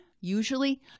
usually